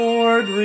Lord